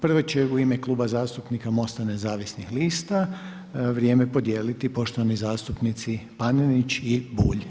Prva će u ime zastupnika MOST-a nezavisnih lista vrijeme podijeliti poštovani zastupnici Panenić i Bulj.